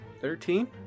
Thirteen